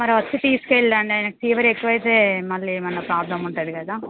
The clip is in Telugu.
మరి వచ్చి తీసుకెళ్ళండి ఆయనకు ఫీవర్ ఎక్కువైతే మళ్ళీ ఏమన్నా ప్రాబ్లం ఉంటుంది కదా